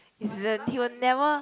this season he will never